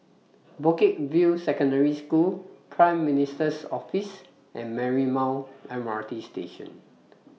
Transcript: Bukit View Secondary School Prime Minister's Office and Marymount M R T Station